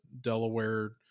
Delaware